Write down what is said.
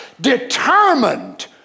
determined